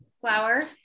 flower